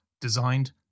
designed